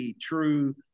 true